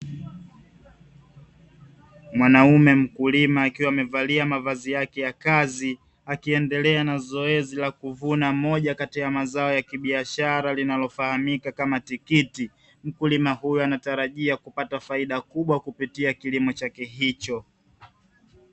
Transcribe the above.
Mwanaume mkulima akiwa amevalia mavazi yake ya kazi akiendelea na zoezi la kuvuna moja kati ya mazao ya kibiashara linalofahamika kama tikiti, mkulima huyo anatarajia kupata faida kubwa kupitia kilimo chake hicho.